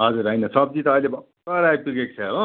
हजुर होइन सब्जी त अहिले भर्खर आइपुगेको छ हो